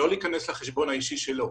לא להיכנס לחשבון האישי שלי.